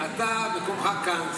אתה מקומך כאן,